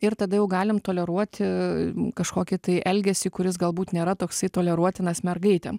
ir tada jau galim toleruoti kažkokį tai elgesį kuris galbūt nėra toksai toleruotinas mergaitėm